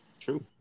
True